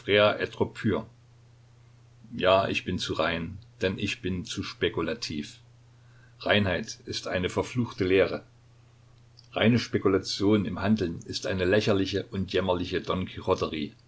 ja ich bin zu rein denn ich bin zu spekulativ reinheit ist eine verfluchte leere reine spekulation im handeln ist eine lächerliche und jämmerliche